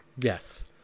yes